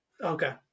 okay